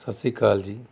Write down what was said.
ਸਤਿ ਸ਼੍ਰੀ ਅਕਾਲ ਜੀ